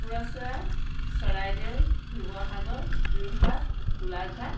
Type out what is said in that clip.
Kukurachowa Charaideo Sivasagar Jorhat Golaghat